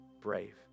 brave